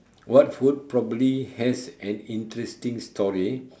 what food probably has an interesting story